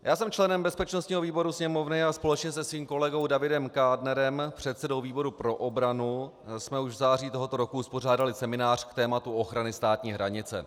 Já jsem členem bezpečnostního výboru Sněmovny a společně se svým kolegou Davidem Kádnerem, předsedou výboru pro obranu, jsme už v září tohoto roku uspořádali seminář k tématu ochrany státní hranice.